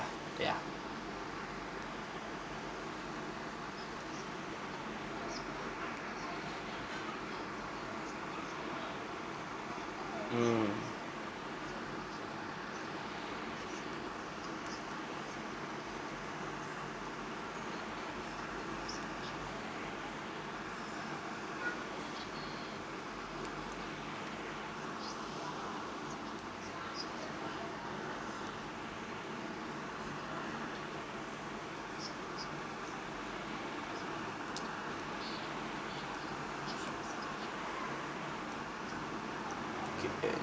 yeah mm